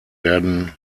werden